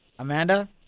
Amanda